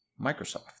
Microsoft